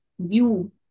view